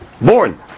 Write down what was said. born